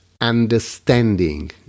understanding